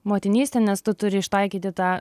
motinystė nes tu turi ištaikyti tą